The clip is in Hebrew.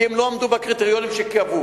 כי הן לא עמדו בקריטריונים שקבעו.